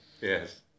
Yes